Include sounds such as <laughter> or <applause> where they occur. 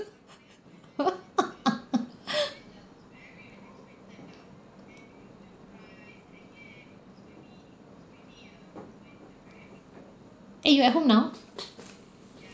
<laughs> eh you at home now